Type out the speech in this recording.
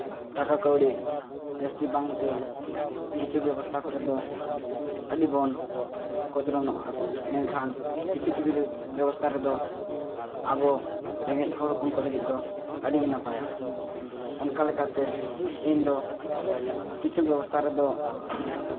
ᱴᱟᱠᱟ ᱠᱟᱹᱣᱰᱤ ᱡᱟᱹᱥᱛᱤ ᱵᱟᱝᱛᱮ ᱠᱤᱪᱷᱩ ᱵᱮᱵᱚᱥᱛᱷᱟ ᱠᱚᱨᱮ ᱫᱚ ᱟᱹᱰᱤᱵᱚᱱ ᱠᱚᱪᱞᱚᱱᱚᱜᱼᱟ ᱢᱮᱱᱠᱷᱟᱱ ᱠᱤᱪᱷᱩ ᱠᱤᱪᱷᱩ ᱵᱮᱵᱚᱥᱛᱷᱟ ᱨᱮᱫᱚ ᱟᱵᱚ ᱨᱮᱸᱜᱮᱡ ᱦᱚᱲ ᱦᱚᱯᱚᱱ ᱠᱚ ᱞᱟᱹᱜᱤᱫ ᱫᱚ ᱟᱹᱰᱤᱜᱮ ᱱᱟᱯᱟᱭᱟ ᱚᱱᱠᱟ ᱞᱮᱠᱟᱛᱮ ᱤᱧᱫᱚ ᱠᱤᱪᱷᱩ ᱵᱮᱵᱚᱥᱛᱷᱟ ᱨᱮᱫᱚ